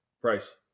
Price